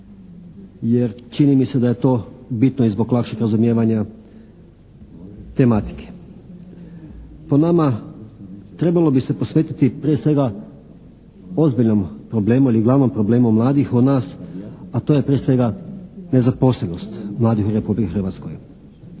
jer čini mi se da je to bitno i zbog lakšeg razumijevanja tematike. Po nama trebalo bi se posvetiti prije svega ozbiljnom problemu, ili glavnom problemu mladih u nas a to je prije svega nezaposlenost mladih u Republici Hrvatskoj.